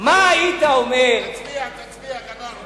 מה היית אומר, תצביע, תצביע, גמרנו.